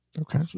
Okay